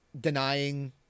denying